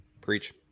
Preach